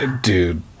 Dude